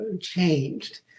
changed